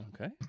Okay